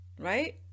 right